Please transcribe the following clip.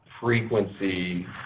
frequency